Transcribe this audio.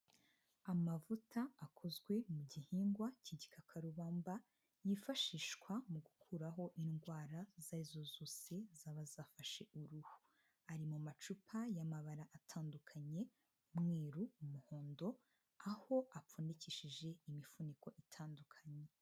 Amavuta akozwe mu gihingwa cy'igikakarubamba yifashishwa mu gukuraho indwara izo ari zo zose zaba zafashe uruhu. Ari mu macupa y'amabara atandukanye, umweru, umuhondo aho apfundikishije imifuniko itandukanye.